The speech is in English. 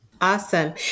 Awesome